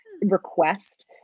request